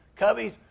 cubbies